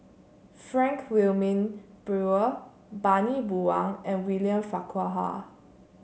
Frank Wilmin Brewer Bani Buang and William Farquhar